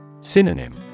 Synonym